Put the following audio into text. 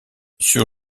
sur